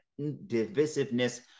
divisiveness